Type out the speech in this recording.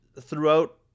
throughout